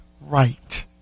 right